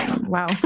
wow